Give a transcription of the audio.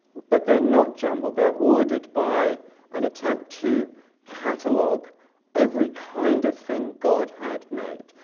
but they're not jumbled. they're ordered by an attempt to catalog every kind of thing god had made.